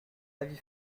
avis